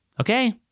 Okay